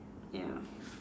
ya